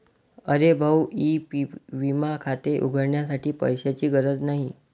अरे भाऊ ई विमा खाते उघडण्यासाठी पैशांची गरज नाही